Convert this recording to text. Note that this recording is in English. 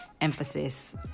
emphasis